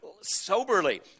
soberly